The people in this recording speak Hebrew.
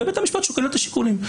ובית המשפט שוקל את השיקולים.